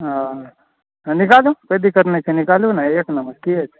हँ निकालू कोइ दिक्कत नहि छै निकालू ने एक नम्बर की हेतै